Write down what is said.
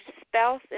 spouse